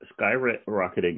skyrocketing